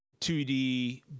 2d